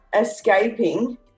escaping